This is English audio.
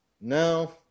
No